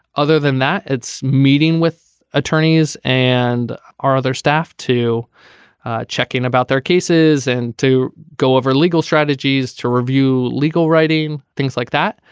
other than that it's meeting with attorneys and our other staff to check in about their cases and to go over legal strategies to review legal writing things like that.